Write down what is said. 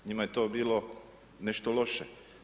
Njima je to bilo nešto loše.